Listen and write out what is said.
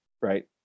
right